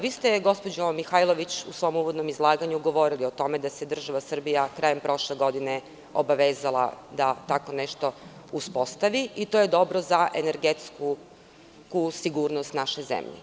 Vi ste, gospođo Mihajlović, u svom uvodnom izlaganju govorili o tome da se država Srbija krajem prošle godine obavezala da tako nešto uspostavi i to je dobro za energetsku sigurnost naše zemlje.